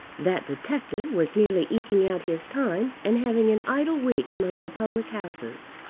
that detective was merely eking out his time and having an idle week among the public-houses.